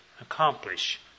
accomplish